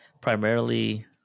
primarily